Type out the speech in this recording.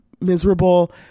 miserable